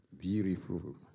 Beautiful